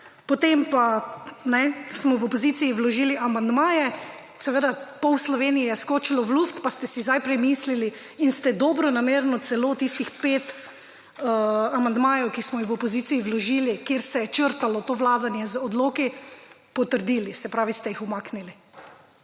potem pa smo v opoziciji vložili amandmaje, seveda pol Slovenije je skočilo v luft, pa ste si zdaj premislili in ste dobronamerno celo tistih 5 amandmajev, ki smo jih v opoziciji vložili, kjer se je črtalo to vlaganje z odloki, potrdili, se pravi ste jih umaknili.